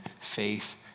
faith